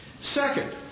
Second